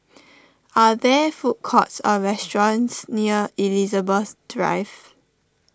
are there food courts or restaurants near Elizabeth Drive